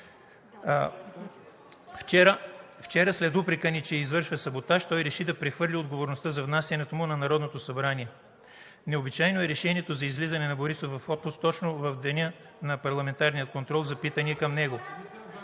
Вчера след упрека ни, че извършва саботаж, той реши да прехвърли отговорността за внасянето му на Народното събрание. Необичайно е решението за излизане на Борисов в отпуск точно в деня на парламентарния контрол за питания към него.